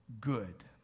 good